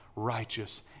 righteous